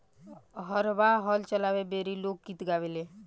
हरवाह हल चलावे बेरी लोक गीत गावेले